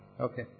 Okay